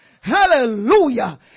hallelujah